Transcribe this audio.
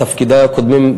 בתפקידי הקודמים,